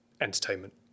entertainment